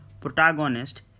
protagonist